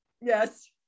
Yes